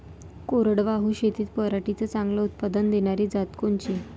कोरडवाहू शेतीत पराटीचं चांगलं उत्पादन देनारी जात कोनची?